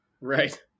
Right